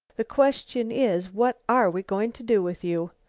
the question is what are we going to do with you?